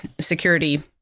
security